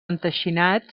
enteixinat